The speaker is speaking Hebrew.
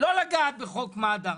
לא לגעת בחוק מד"א,